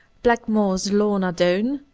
blackmore's lorna doone,